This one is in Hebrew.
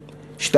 מורים.